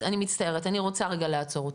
מצטערת, אני רוצה רגע לעצור אותך.